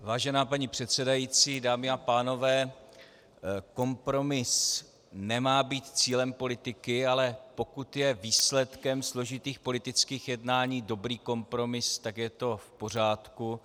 Vážená paní předsedající, dámy a pánové, kompromis nemá být cílem politiky, ale pokud je výsledkem složitých politických jednání dobrý kompromis, tak je to v pořádku.